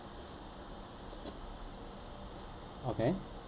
okay